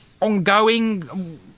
ongoing